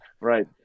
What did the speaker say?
Right